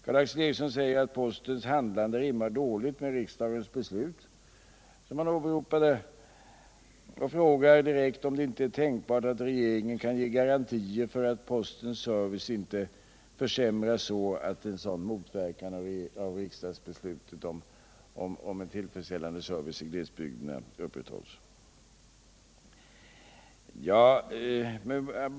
Karl Erik Eriksson säger att postens handlande rimmar dåligt med riksdagens beslut, som han åberopade, och frågar direkt om det inte är tänkbart att regeringen kan ge garantier för att postens service inte försämras så, att en motverkan av riksdagsbeslutet om tillfredsställande service i glesbygderna uppstår.